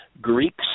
Greeks